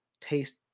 taste